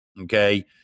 Okay